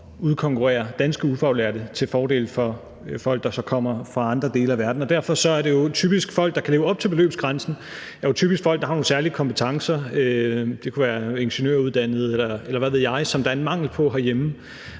udkonkurrerer danske ufaglærte til fordel for folk, der kommer fra andre dele af verden. Derfor er de folk, der kan leve op til beløbsgrænsen, jo typisk folk, der har nogle særlige kompetencer – det kunne være ingeniøruddannede, eller hvad ved jeg, som der er en mangel på herhjemme